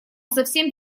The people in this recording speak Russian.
совсем